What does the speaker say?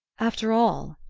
after all,